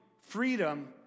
freedom